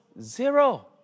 zero